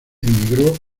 emigró